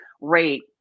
rate